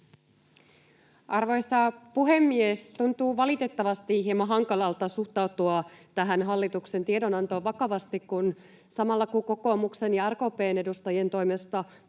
Arvoisa puhemies! Tuntuu valitettavasti hieman hankalalta suhtautua tähän hallituksen tiedonantoon vakavasti, koska samalla kun kokoomuksen ja RKP:n edustajien toimesta